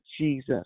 Jesus